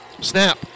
Snap